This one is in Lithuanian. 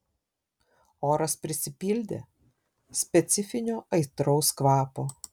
oras prisipildė specifinio aitraus kvapo